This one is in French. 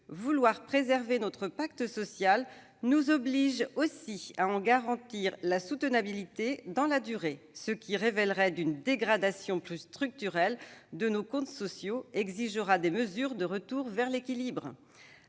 Vouloir préserver notre pacte social nous oblige aussi à en garantir la soutenabilité dans la durée. [...] Ce qui révélerait une dégradation plus structurelle de nos comptes sociaux exigera des mesures de retour vers l'équilibre.